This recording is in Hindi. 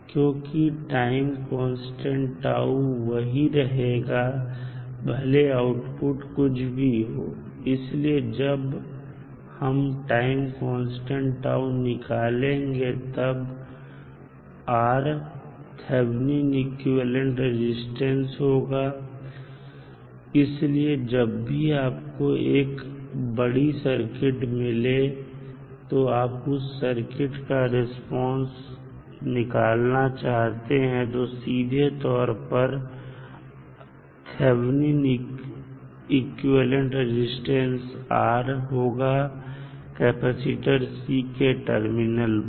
क्योंकि टाइम कांस्टेंट τ वही रहेगा भले आउटपुट कुछ भी हो इसलिए जब हम टाइम कांस्टेंट τ निकालेंगे तब R थैबनिन इक्विवेलेंट रजिस्टेंस होगा इसलिए जब भी आपको एक बड़ी सर्किट मिले और आप उस सर्किट का रिस्पांस निकालना चाहते हैं तो सीधे तौर पर R थैबनिन इक्विवेलेंट रजिस्टेंस होगा कैपेसिटर के टर्मिनल पर